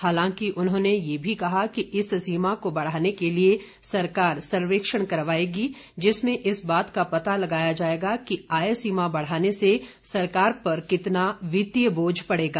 हालांकि उन्होंने यह भी कहा कि इस सीमा को बढ़ाने के लिए सरकार सर्वेक्षण करवाएगी जिसमें इस बात का पता लगाया जाएगा कि आय सीमा बढ़ाने से सरकार पर कितना वित्तीय बोझ पड़ेगा